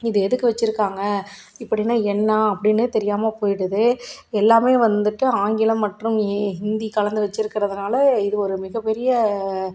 இது எதுக்கு வச்சிருக்காங்க இப்படினா என்ன அப்படின்னே தெரியாமல் போயிடுது எல்லாமே வந்துவிட்டு ஆங்கிலம் மற்றும் இ ஹிந்தி கலந்து வச்சுருக்கிறதுனால இது ஒரு மிகப்பெரிய